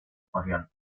espacial